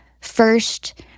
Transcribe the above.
first